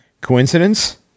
Coincidence